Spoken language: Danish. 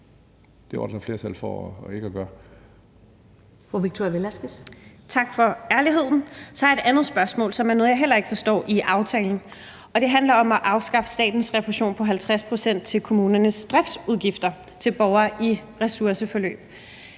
Victoria Velasquez (EL): Tak for ærligheden. Så har jeg et andet spørgsmål om noget i aftalen, som jeg heller ikke forstår, og det handler om at afskaffe statens refusion på 50 pct. til kommunernes driftsudgifter til borgere i ressourceforløb.